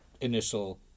initial